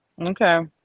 okay